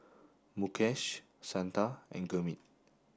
Mukesh Santha and Gurmeet